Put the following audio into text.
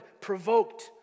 provoked